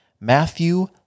Matthew